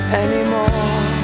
anymore